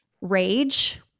rage